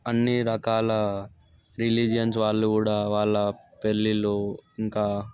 అన్నీ రకాల రిలీజియన్స్ వాళ్ళు కూడా వాళ్ళ పెళ్ళిలో ఇంకా